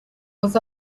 was